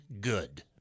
good